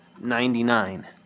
ninety-nine